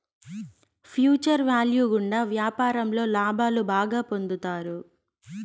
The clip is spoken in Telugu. ఫ్యూచర్ వ్యాల్యూ గుండా వ్యాపారంలో లాభాలు బాగా పొందుతారు